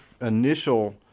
initial